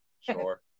sure